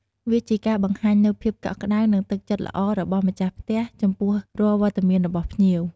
វាជាការបង្ហាញនូវភាពកក់ក្ដៅ និងទឹកចិត្តល្អរបស់ម្ចាស់ផ្ទះចំពោះរាល់វត្តមានរបស់ភ្ញៀវ។